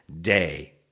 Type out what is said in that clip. day